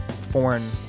foreign